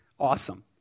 Awesome